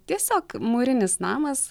tiesiog mūrinis namas